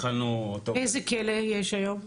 באיזה כלא יש היום?